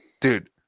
Dude